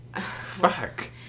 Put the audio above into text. Fuck